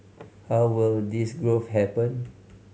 how will this growth happen